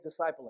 discipling